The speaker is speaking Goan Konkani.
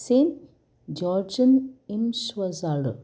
सेन जॉर्जन इमश्वजाड